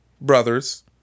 Brothers